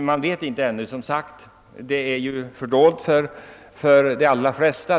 Man vet som sagt ännu inte hur det blir. Det är ju fördolt för de allra flesta.